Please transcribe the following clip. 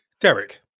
derek